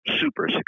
super